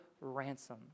ransom